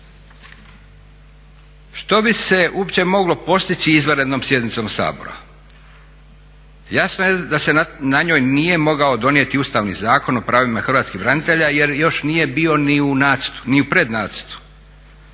Što bi se uopće moglo postići izvanrednom sjednicom Sabora? Jasno je da se na njoj nije mogao donijeti Ustavni zakon o pravima hrvatskih branitelja jer još nije bio ni u nacrtu,